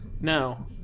No